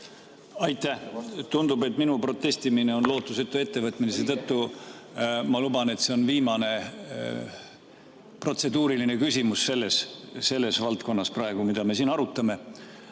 Aitäh! Tundub, et minu protestimine on lootusetu ettevõtmine, seetõttu ma luban, et see on viimane protseduuriline küsimus selles valdkonnas, mida me siin arutame.